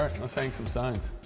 right, let's hang some signs.